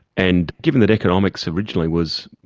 and given that economics originally was,